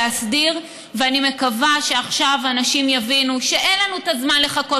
ואני מקווה שעכשיו אנשים יבינו שאין לנו הזמן לחכות,